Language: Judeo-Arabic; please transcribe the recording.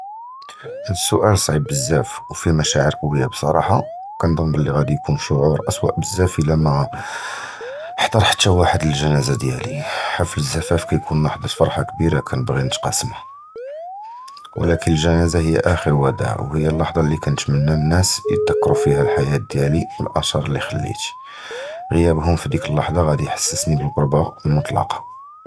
הַדָּא סוּאַל סְעִיב בְּזַבַּא וְפִיה מְשַאעֵר קְוִיִּין בְּסַרַחָה, וְכנְצַנּ בְּלִי גַּאנְדִי יְקוּן שׁוּעּוּר אַסְווּא בְּזַבַּא אִילַאמָא, חַדַּר חַתָּא וַחְד אֻלְגְּ'נַאזָה דִיָּאלִי, חַפְל הַזּוּוַאג כִּתְקוּן לַחְדָה פְרְחָה קְבִירָה כּנְבְּגִי נְתַקַאסְמְהָּא, וְלָקִין הַאֻלְגְּ'נַאזָה הִי אַאַחְּר וְדָاع וְהִי הַלַּחְדָה לִי כּנְתַמַּנָּא הַנָּאס יִתְזַכְּרוּ פִיהَا הַחַיַּאת דִיָּאלִי וְהַאַתְּר לִי חַלִּית, עִזְבָאן דִיָּאלְהוּם פִי דִּיּك הַלַּחְדָה כִּיַּחְסִסְנִי בְּלַעְרָבָּה הַמֻּטְלָקָה.